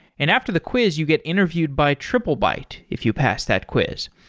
and after the quiz you get interviewed by triplebyte if you pass that quiz.